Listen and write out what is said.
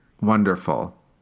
wonderful